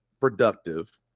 productive